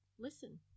listen